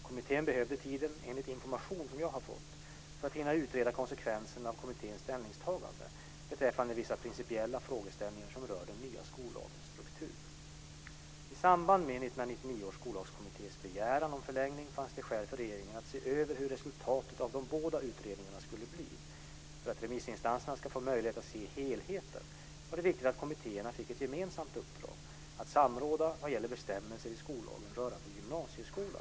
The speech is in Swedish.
Kommittén behövde tiden, enligt information jag har fått, för att hinna utreda konsekvenserna av kommitténs ställningstagande beträffande vissa principiella frågeställningar som rör den nya skollagens struktur. I samband med 1999 års skollagskommittés begäran om förlängning fanns det skäl för regeringen att se över hur resultatet av de båda utredningarna skulle bli. För att remissinstanserna ska få möjlighet att se helheten var det viktigt att kommittéerna fick ett gemensamt uppdrag att samråda vad gäller bestämmelserna i skollagen rörande gymnasieskolan.